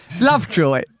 Lovejoy